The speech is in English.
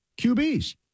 QBs